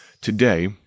Today